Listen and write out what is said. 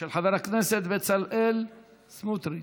של חבר הכנסת בצלאל סמוטריץ,